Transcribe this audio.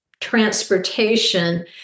transportation